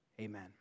Amen